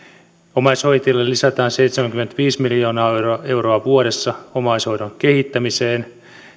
omaishoitajille lisätään seitsemänkymmentäviisi miljoonaa euroa euroa vuodessa omaishoidon kehittämiseen